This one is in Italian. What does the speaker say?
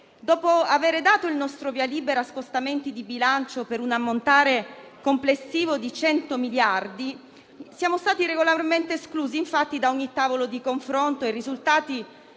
dopo aver dato il nostro via libera a scostamenti di bilancio per un ammontare complessivo di 100 miliardi di euro, siamo stati regolarmente esclusi da ogni tavolo di confronto e i risultati